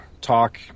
talk